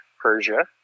Persia